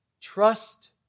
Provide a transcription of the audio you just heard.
Trust